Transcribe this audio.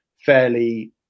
fairly